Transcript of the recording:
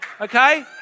okay